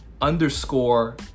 underscore